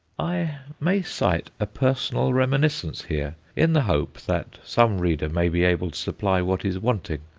i may cite a personal reminiscence here, in the hope that some reader may be able to supply what is wanting.